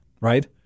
right